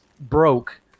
broke